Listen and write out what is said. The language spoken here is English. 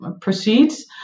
proceeds